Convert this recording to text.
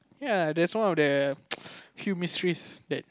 ya that's one of the few mysteries that